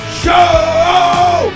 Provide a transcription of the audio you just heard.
show